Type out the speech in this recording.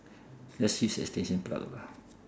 just use extension plug lah